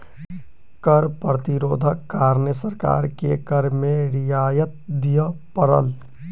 कर प्रतिरोधक कारणें सरकार के कर में रियायत दिअ पड़ल